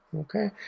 Okay